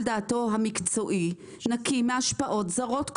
דעתו המקצועי נקי מהשפעות זרות כלשהן".